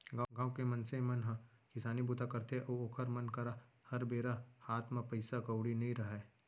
गाँव के मनसे मन ह किसानी बूता करथे अउ ओखर मन करा हर बेरा हात म पइसा कउड़ी नइ रहय